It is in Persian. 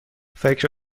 فکر